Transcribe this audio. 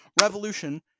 revolution